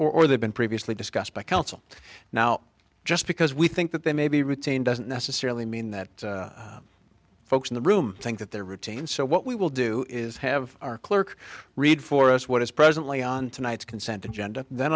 or they've been previously discussed by counsel now just because we think that they may be retained doesn't necessarily mean that folks in the room think that their routine so what we will do is have our clerk read for us what is presently on tonight's consent agenda then